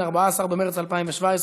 14 במרס 2017,